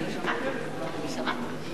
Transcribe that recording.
כזה שמן.